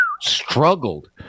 struggled